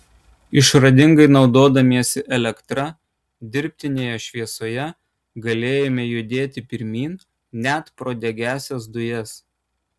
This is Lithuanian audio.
išradingai naudodamiesi elektra dirbtinėje šviesoje galėjome judėti pirmyn net pro degiąsias dujas